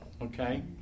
okay